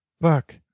Buck